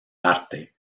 arte